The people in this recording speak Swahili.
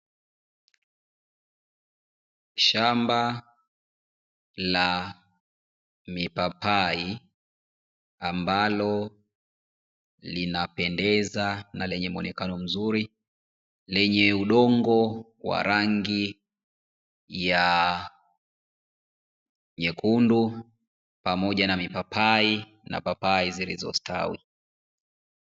Shamba la mipapai ambalo linapendeza na lenye muonekano mzuri, lenye udongo wa rangi ya nyekundu pamoja na mipapai na papai zilizostawi.